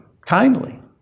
kindly